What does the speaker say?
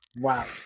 Wow